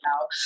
now